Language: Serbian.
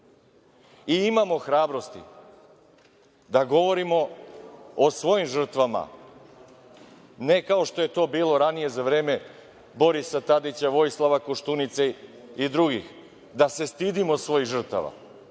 desi. Imamo hrabrosti da govorimo o svojim žrtvama, ne kao što je to bilo ranije, za vreme Borisa Tadića, Vojislava Koštunice i drugih, da se stidimo svojih žrtava.